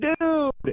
Dude